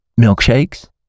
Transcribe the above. milkshakes